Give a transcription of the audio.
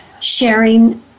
sharing